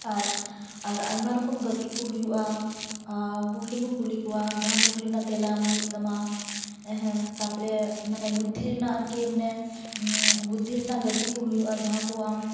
ᱟᱨ ᱟᱨ ᱟᱭᱢᱟ ᱨᱚᱠᱚᱢ ᱜᱟᱹᱛᱤ ᱠᱚ ᱦᱩᱭᱩᱜᱼᱟ ᱠᱩᱞᱤ ᱦᱚᱠᱚ ᱠᱩᱞᱤ ᱠᱚᱣᱟ ᱡᱟᱦᱟᱸ ᱠᱩᱠᱞᱤ ᱨᱮᱭᱟᱜ ᱛᱮᱞᱟ ᱮᱢ ᱦᱩᱭᱩᱜ ᱛᱟᱢᱟ ᱦᱮᱸ ᱛᱟᱯᱚᱨᱮ ᱱᱟᱢᱮ ᱵᱩᱫᱷᱤ ᱨᱮᱱᱟᱜ ᱟᱨᱠᱤ ᱢᱟᱱᱮ ᱵᱩᱫᱷᱤ ᱨᱮᱱᱟᱜ ᱜᱟᱹᱛᱤ ᱠᱚ ᱦᱩᱭᱩᱜᱼᱟ ᱡᱟᱦᱟᱸ ᱠᱚ ᱟᱢ